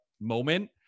moment